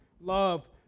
love